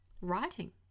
writing